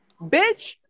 bitch